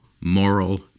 moral